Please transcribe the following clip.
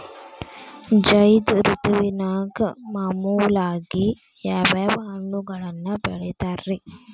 ಝೈದ್ ಋತುವಿನಾಗ ಮಾಮೂಲಾಗಿ ಯಾವ್ಯಾವ ಹಣ್ಣುಗಳನ್ನ ಬೆಳಿತಾರ ರೇ?